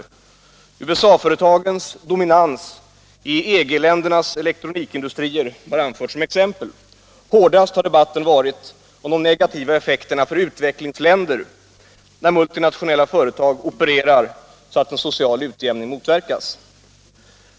USA-företagens dominans i EG-ländernas elektronikindustrier har anförts som ett exempel. Hårdast har debatten varit om de negativa effekterna för utvecklingsländer när multinationella företag opererar så att en social utjämning motverkas.